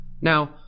Now